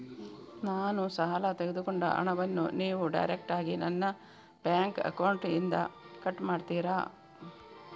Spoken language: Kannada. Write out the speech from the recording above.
ನಾನು ಸಾಲ ತೆಗೆದುಕೊಂಡ ಹಣವನ್ನು ನೀವು ಡೈರೆಕ್ಟಾಗಿ ನನ್ನ ಬ್ಯಾಂಕ್ ಅಕೌಂಟ್ ಇಂದ ಕಟ್ ಮಾಡ್ತೀರಾ?